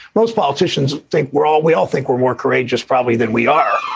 most politicians think we're all we all think we're more courageous probably than we are